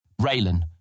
Raylan